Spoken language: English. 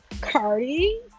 cardi